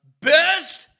best